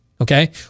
okay